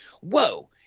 whoa